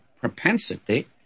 propensity